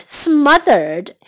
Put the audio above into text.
smothered